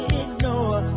ignore